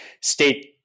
state